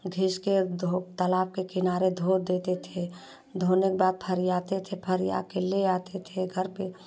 घिस के धो तालाब के किनारे धो देते थे धोने बाद फरियाते थे फरियाने के ले आते थे घर पे